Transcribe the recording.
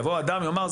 יבוא אדם ויאמר,